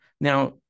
Now